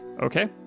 Okay